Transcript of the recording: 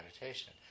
meditation